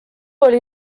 oli